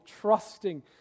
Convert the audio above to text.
trusting